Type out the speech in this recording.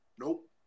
Nope